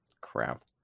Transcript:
crap